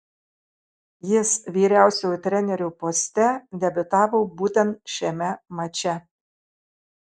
jis vyriausiojo trenerio poste debiutavo būtent šiame mače